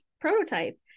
prototype